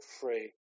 free